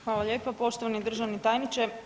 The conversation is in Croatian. Hvala lijepo poštovani državni tajniče.